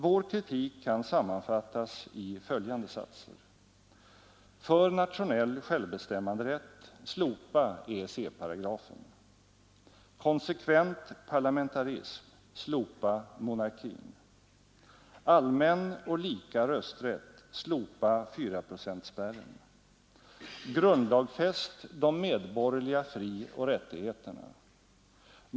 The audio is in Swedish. Vår kritik kan sammanfattas i följande satser: För nationell självbestämmanderätt slopa EEC-paragrafen. Konsekvent parlamentarism slopa monarkin. Allmän och lika rösträtt slopa fyraprocentspärren. Grundlagfäst de medborgerliga frioch rättigheterna.